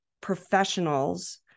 professionals